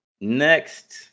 Next